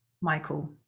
Michael